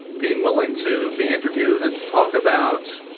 being willing to be interviewed, and to talk about